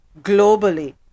globally